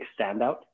standout